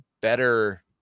better